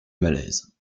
malaise